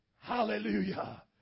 Hallelujah